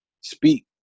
speak